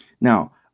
Now